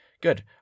good